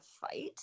fight